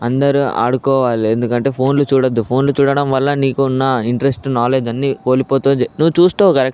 అందరూ ఆడుకోవాలి ఎందుకంటే ఫోన్లు చూడొద్దు ఫోన్లు చూడడం వల్ల నీకున్న ఇంట్రెస్ట్ నాలెడ్జ్ అన్నీ కోల్పోతుంది నువ్వు చూస్తావు కరెక్ట్